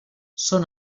són